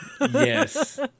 Yes